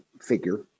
figure